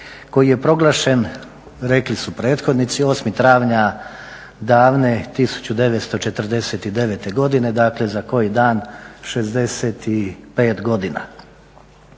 koji je proglašen rekli su prethodnici 8. travnja davne 1949. godine, dakle za koji dan 65 godina,